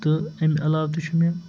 تہٕ اَمہِ علاوٕ تہِ چھُ مےٚ